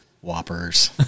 whoppers